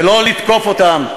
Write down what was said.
ולא לתקוף אותם,